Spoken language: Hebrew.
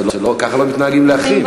ככה לא מתנהגים לאחים.